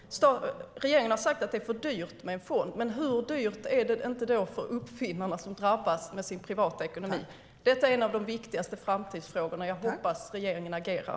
Regeringen har sagt att det är för dyrt med en fond. Men hur dyrt är det inte för uppfinnarna vilkas privata ekonomi drabbas. Detta är en av de viktigaste framtidsfrågorna. Jag hoppas att regeringen agerar.